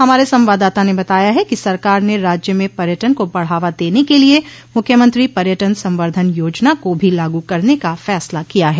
हमारे संवाददाता ने बताया है कि सरकार ने राज्य में पर्यटन को बढ़ावा देने के लिए मूख्यमंत्री पर्यटन संवर्धन योजना को भी लागू करने का फैसला किया है